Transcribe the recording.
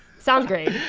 sounds great.